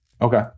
Okay